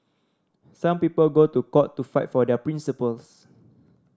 some people go to court to fight for their principles